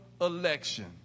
election